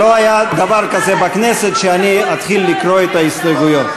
לא היה דבר כזה בכנסת שאני אתחיל לקרוא את ההסתייגויות.